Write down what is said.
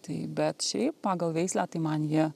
tai bet šiaip pagal veislę tai man jie